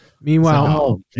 Meanwhile